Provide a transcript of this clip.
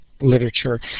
literature